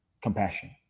compassion